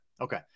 Okay